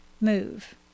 move